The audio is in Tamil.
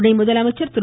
துணை முதலமைச்சர் திரு